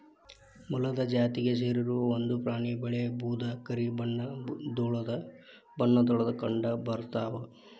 ಮೊಲದ ಜಾತಿಗೆ ಸೇರಿರು ಒಂದ ಪ್ರಾಣಿ ಬಿಳೇ ಬೂದು ಕರಿ ಬಣ್ಣದೊಳಗ ಕಂಡಬರತಾವ